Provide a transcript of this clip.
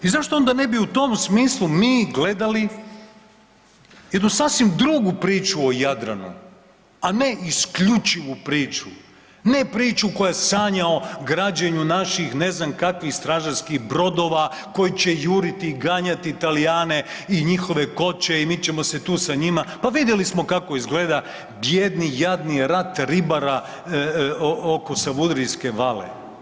I zašto onda ne bi u tom smislu mi gledali jednu sasvim drugu priču o Jadranu, a ne isključivu priču, ne priču koja sanja o građenju naših ne znam kakvih stražarskih brodova koji će juriti, ganjati Talijane i njihove koče i mi ćemo se tu sa njima, pa vidjeli smo kako izgleda bijedni, jadni rat ribara oko Savudrijske vale.